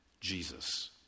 Jesus